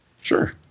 Sure